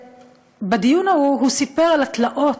בדיון ההוא הוא סיפר על התלאות,